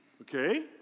Okay